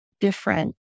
different